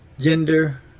Gender